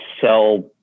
sell